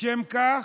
לשם כך,